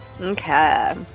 Okay